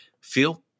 feel